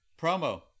promo